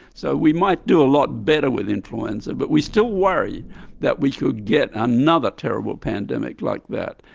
so we might do a lot better with influenza but we still worry that we could get another terrible pandemic like that,